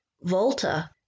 Volta